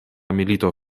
milito